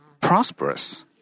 prosperous